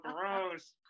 gross